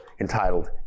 entitled